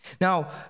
Now